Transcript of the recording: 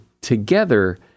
together